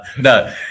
No